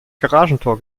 garagentor